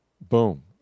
boom